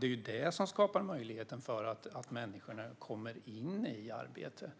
Det är det som skapar möjligheten för människor att komma in i arbete.